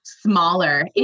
smaller